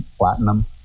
platinum